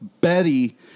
Betty